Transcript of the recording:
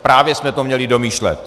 Právě jsme to měli domýšlet.